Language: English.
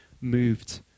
moved